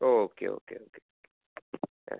okay okay okay thank you